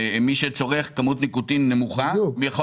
מי שצורך כמות ניקוטין נמוכה או בלי ניקוטין